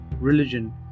religion